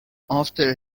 after